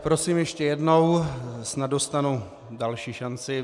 Prosím ještě jednou, snad dostanu další šanci.